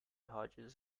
hodges